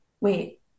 wait